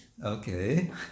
Okay